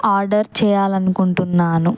order చేయాలనుకుంటున్నాను